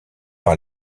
par